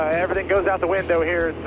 i mean and goes out the window here.